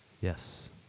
Yes